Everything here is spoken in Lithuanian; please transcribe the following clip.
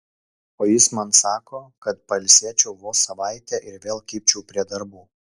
o jis man sako kad pailsėčiau vos savaitę ir vėl kibčiau prie darbų